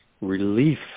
relief